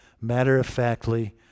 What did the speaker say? matter-of-factly